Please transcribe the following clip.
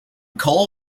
coal